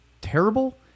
terrible